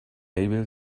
able